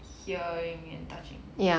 hearing and touching